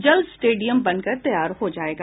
जल्द स्टेडियम बनकर तैयार हो जायेगा